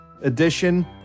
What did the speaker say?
edition